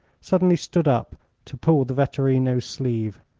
suddenly stood up to pull the vetturino's sleeve.